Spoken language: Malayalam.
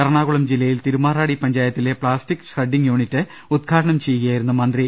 എറണാകുളം ജില്ലയിൽ തിരുമാറാടി പഞ്ചായത്തിലെ പ്ലാസ്റ്റിക് ഷ്രെഡിംഗ് യൂണിറ്റ് ഉദ്ഘാടനം ചെയ്യുകയായിരുന്നു മന്ത്രി